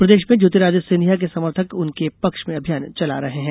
प्रदेश में ज्योतिरादित्य सिंधिया के समर्थक उनके पक्ष में अभियान चला रहे हैं